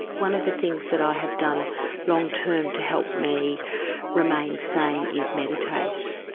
one of the things that i have done long-term to help me remain sane is meditate.